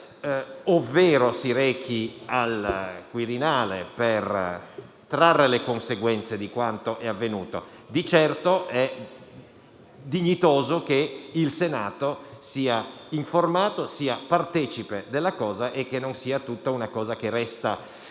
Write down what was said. ovvero si rechi al Quirinale per trarre le conseguenze di quanto avvenuto. Di certo, è dignitoso che il Senato sia informato e partecipe della vicenda e che la questione non resti